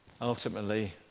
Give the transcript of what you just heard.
ultimately